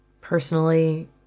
Personally